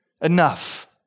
enough